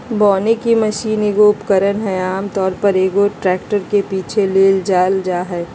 बोने की मशीन एगो उपकरण हइ आमतौर पर, एगो ट्रैक्टर के पीछे ले जाल जा हइ